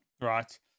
right